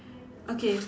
okay